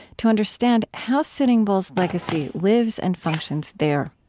to understand how sitting bull's legacy lives and functions there.